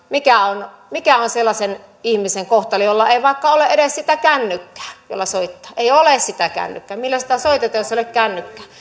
mikä on mikä on sellaisen ihmisen kohtalo jolla ei vaikka ole edes sitä kännykkää jolla soittaa ei ole sitä kännykkää millä sitten soitetaan jos ei ole kännykkää